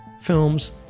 films